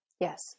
yes